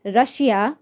Russia